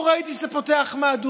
לא ראיתי שזה פותח מהדורות.